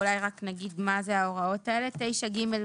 אולי רק נגיד מה זה ההוראות האלה, 9ג(ב)